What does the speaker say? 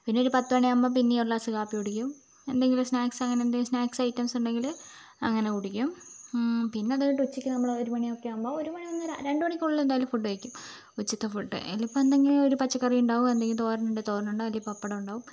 പിന്നെയൊരു പത്തുമണിയാകുമ്പോൾ പിന്നേയും ഒരു ഗ്ലാസ് കാപ്പി കുടിക്കും എന്തെങ്കിലും സ്നാക്സ് അങ്ങനെ എന്തെങ്കിലും സ്നാക്സ് ഐറ്റംസ് ഉണ്ടെങ്കില് അങ്ങനെ കുടിക്കും പിന്നെ അതുകഴിഞ്ഞിട്ട് ഉച്ചക്ക് നമ്മള് ഒരു മണിയാകുമ്പോൾ ഒരു മണി ഒന്നര രണ്ടുമണിക്കുള്ളില് എന്തായാലും ഫുഡ് കഴിക്കും ഉച്ചക്കത്തെ ഫുഡ് അതിലിപ്പോൾ എന്തെങ്കിലും ഒരു പച്ചക്കറി ഉണ്ടാകും എന്തെങ്കിലും തോരനുണ്ടേൽ തോരനുണ്ടാവും ഇല്ലെങ്കിൽ പപ്പടം ഉണ്ടാകും